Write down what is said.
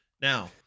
Now